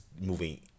moving